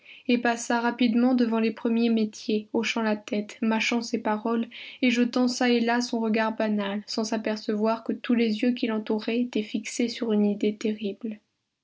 et passa rapidement devant les premiers métiers hochant la tête mâchant ses paroles et jetant çà et là son regard banal sans s'apercevoir que tous les yeux qui l'entouraient étaient fixés sur une idée terrible